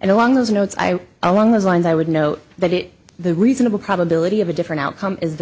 and along those notes i along those lines i would note that it the reasonable probability of a different outcome is the